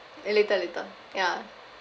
eh later later ya